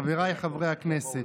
חבריי חברי הכנסת,